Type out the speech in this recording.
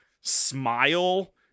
smile